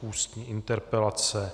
Ústní interpelace